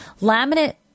Laminate